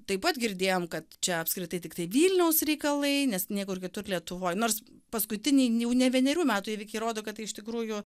taip pat girdėjom kad čia apskritai tiktai vilniaus reikalai nes niekur kitur lietuvoj nors paskutiniai jau ne vienerių metų įvykiai rodo kad tai iš tikrųjų